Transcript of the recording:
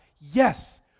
Yes